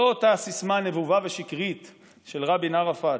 לא אותה הסיסמה נבובה ושקרית של רבין-ערפאת,